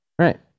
right